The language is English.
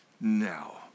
now